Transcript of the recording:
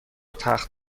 تخت